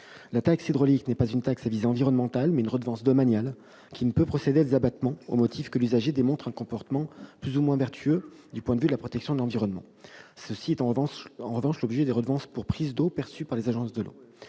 La taxe hydraulique est non pas une taxe à visée environnementale, mais une redevance domaniale qui ne peut donner lieu à des abattements au motif que l'usager démontre un comportement plus ou moins vertueux du point de vue de la protection de l'environnement. Cela est en revanche le cas des redevances pour prélèvement d'eau perçues par les agences de l'eau.